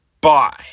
Bye